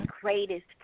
greatest